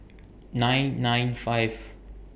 nine nine five